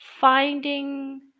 finding